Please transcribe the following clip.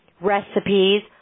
recipes